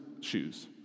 shoes